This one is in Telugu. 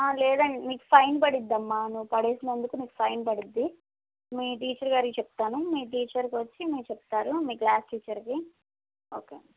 లేదండి మీకు ఫైన్ పడుతుందమ్మా నువు పడేసినందుకు నీకు ఫైన్ పడుతుంది మీ టీచర్ గారికి చెప్తాను మీ టీచర్కి వచ్చి మీ చెప్తారు మీ క్లాస్ టీచర్కి ఓకే